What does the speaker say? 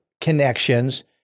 connections